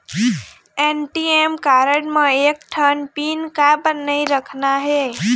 ATM card म एक ठन पिन काबर नई रखना हे?